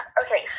okay